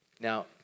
Now